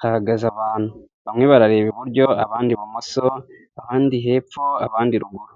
hahagaze abantu, bamwe barareba iburyo abandi ibumoso, abandi hepfo abandi ruguru.